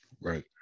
Right